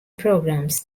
programs